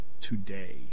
today